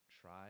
try